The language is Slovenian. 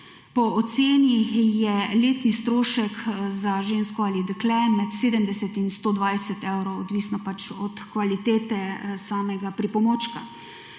po oceni je letni strošek za žensko ali dekle med 70 in 120 evrov, odvisno od kvalitete samega pripomočka.